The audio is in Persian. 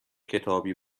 کتابی